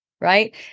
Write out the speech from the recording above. right